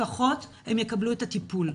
לפחות הם יקבלו את הטיפול,